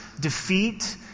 defeat